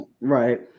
Right